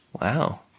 Wow